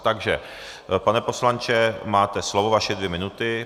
Takže pane poslanče, máte slovo, vaše dvě minuty.